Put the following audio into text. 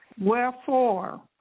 Wherefore